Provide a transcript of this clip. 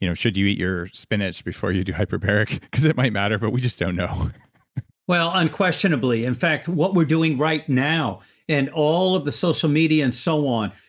you know should you eat your spinach before you do hyperbaric, because it might matter, but we just don't know well, unquestionably. in fact, what we're doing right now in all of the social media and so on,